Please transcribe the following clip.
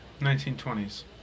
1920s